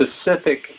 specific